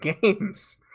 games